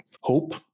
hope